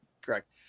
Correct